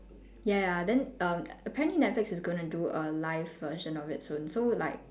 ya ya then err apparently netflix is going to do a live version of it soon so like